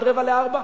עד 15:45,